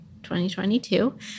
2022